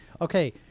okay